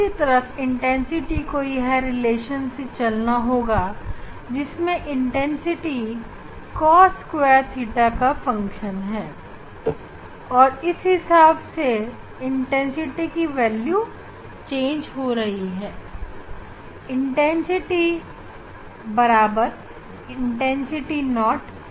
दूसरी तरफ तीव्रता को यह रिलेशन से चलना होगा जिसमें तीव्रता cos2 का फंक्शन है और इसके हिसाब से ही तीव्रता का मान बदल रहा है